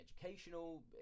educational